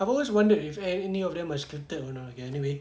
I've always wondered if any of them are scripted or not